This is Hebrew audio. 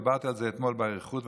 דיברתי על זה אתמול באריכות,